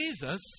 Jesus